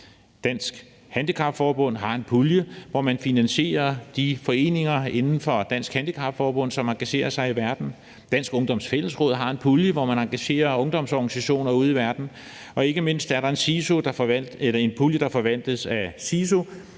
Dansk Handicap Forbund har en pulje, hvor man finansierer de foreninger inden for Dansk Handicap Forbund, som engagerer sig i verden. Dansk Ungdoms Fællesråd har en pulje, hvor man engagerer ungdomsorganisationer ude i verden. Og ikke mindst er der en pulje, der forvaltes af SICU,